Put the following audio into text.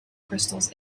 crystals